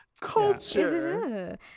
Culture